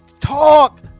Talk